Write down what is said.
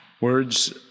words